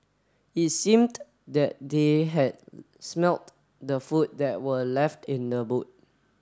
it seemed that they had smelt the food that were left in the boot